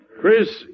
Chris